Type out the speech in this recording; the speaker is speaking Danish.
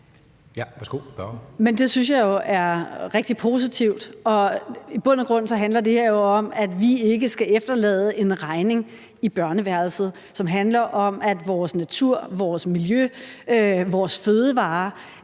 Det synes jeg jo er rigtig positivt. Og i bund og grund handler det her om, at vi ikke skal efterlade en regning i børneværelset, som handler om, at vores natur, vores miljø og vores fødevarer